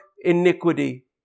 iniquity